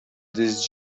this